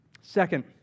Second